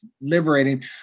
liberating